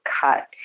cut